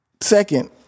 Second